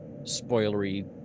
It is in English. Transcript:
spoilery